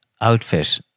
outfit